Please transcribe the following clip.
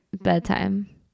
bedtime